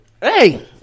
Hey